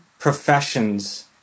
professions